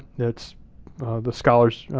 it's the scholars